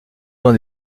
dans